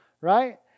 right